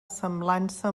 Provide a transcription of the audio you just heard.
semblança